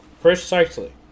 Precisely